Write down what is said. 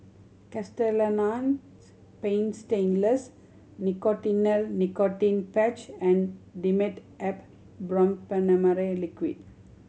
Castellani's Paint Stainless Nicotinell Nicotine Patch and Dimetapp Brompheniramine Liquid